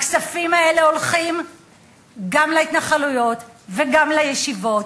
הכספים האלה הולכים גם להתנחלויות וגם לישיבות,